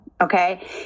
Okay